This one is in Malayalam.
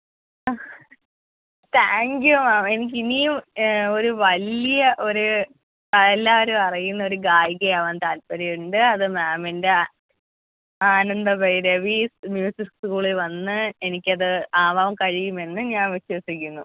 അ താങ്ക് യു മാം എനിക്കിനിയും ഒരു വലിയ ഒരു എല്ലാവരും അറിയുന്ന ഒരു ഗായികയാവാൻ താൽപ്പര്യം ഉണ്ട് അത് മാമിന്റെ ആനന്ദഭൈരവി മ്യൂസിക് സ്കൂളിൽ വന്ന് എനിക്കത് ആവാൻ കഴിയുമെന്ന് ഞാൻ വിശ്വസിക്കുന്നു